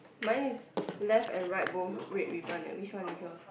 mine is left and right both red ribbon eh which one is yours